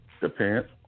Depends